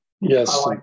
Yes